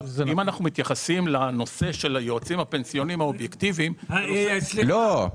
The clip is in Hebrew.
אם אנחנו מתייחסים לנושא של היועצים הפנסיוניים האובייקטיביים --- לא.